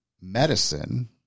medicine